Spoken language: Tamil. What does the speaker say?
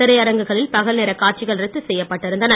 திரையரங்குகளில் பகல்நேரக் காட்சிகள் ரத்து செய்யப்பட்டிருந்தன